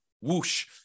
whoosh